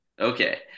Okay